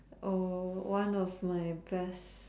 oh one of like best